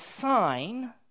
sign